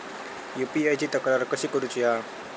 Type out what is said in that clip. UPI ची तक्रार कशी करुची हा?